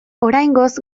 oraingoz